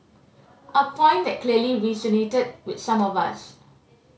a point that clearly resonated with some of us